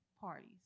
parties